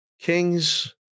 Kings